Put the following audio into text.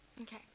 Okay